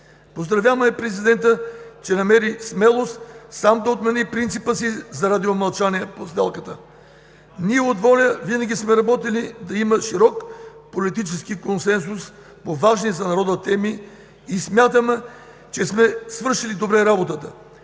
Поздравяваме президента, че намери смелост сам да отмени принципа си за радиомълчание по сделката! От ВОЛЯ винаги сме работили да има широк политически консенсус по важни за народа теми и смятаме, че сме свършили добре работата,